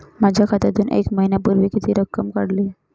माझ्या खात्यातून एक महिन्यापूर्वी किती रक्कम काढली?